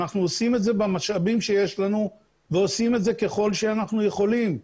אנחנו עושים את זה במשאבים שיש לנו ועושים את זה ככל שאנחנו יכולים.